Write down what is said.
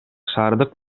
шаардык